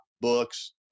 books